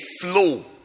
flow